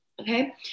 okay